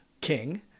king